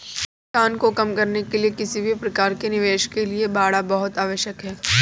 नुकसान को कम करने के लिए किसी भी प्रकार के निवेश के लिए बाड़ा बहुत आवश्यक हैं